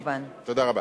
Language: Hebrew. תודה.